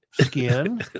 skin